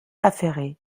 affairé